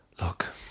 Look